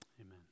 Amen